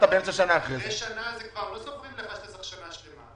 אחרי שנה כבר לא דורשים ממך עוד שנה שלמה.